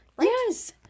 Yes